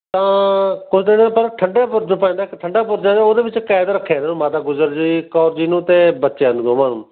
ਤਾਂ ਠੰਡਾ ਬੁਰਜ ਪੈਦਾ ਇੱਕ ਠੰਡਾ ਬੁਰਜ ਹੈ ਉਹਦੇ ਵਿੱਚ ਕੈਦ ਰੱਖਿਆ ਇਹਨਾਂ ਨੂੰ ਮਾਤਾ ਗੁਜਰ ਜੀ ਕੌਰ ਜੀ ਨੂੰ ਅਤੇ ਬੱਚਿਆਂ ਨੂੰ ਦੋਵਾਂ ਨੂੰ